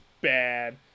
bad